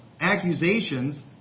accusations